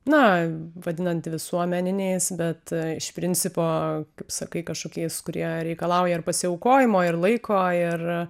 na vadinant visuomeniniais bet iš principo kaip sakai kažkokiais kurie reikalauja ir pasiaukojimo ir laiko ir